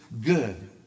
good